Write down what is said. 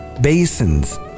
basins